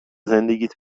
زندگیت